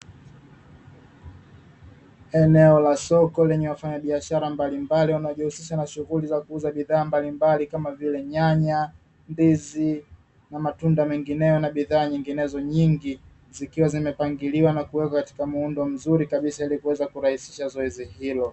Eneo la soko lenye wafanyabiashara mbalimbali wanaojihusisha na shughuli za kuuza bidhaa mbalimbali kama vile nyanya, ndizi, na matunda mengineyo na bidhaa nyinginezo nyingi; zikiwa zimepangiliwa na kuwekwa katika muundo mzuri kabisa ili kuweza kurahisisha zoezi hilo.